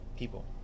People